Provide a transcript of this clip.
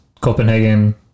Copenhagen